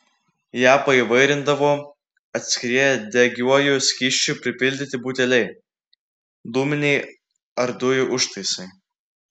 ją paįvairindavo atskrieję degiuoju skysčiu pripildyti buteliai dūminiai ar dujų užtaisai